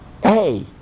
Hey